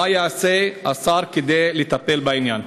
מה יעשה השר כדי לטפל בעניין?